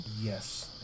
Yes